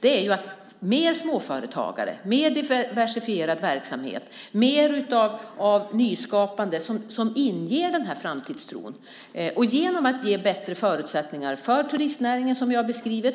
Det handlar om fler småföretagare, mer diversifierad verksamhet, mer nyskapande som inger framtidstro. Där vill jag säga att Centerpartiet varit pådrivande som parti, men också regeringen tycker att det är en bra utveckling. Det gäller bland annat att ge bättre förutsättningar för turistnäringen, som jag beskrev tidigare.